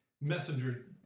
messenger